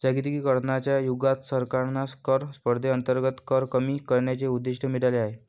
जागतिकीकरणाच्या युगात सरकारांना कर स्पर्धेअंतर्गत कर कमी करण्याचे उद्दिष्ट मिळाले आहे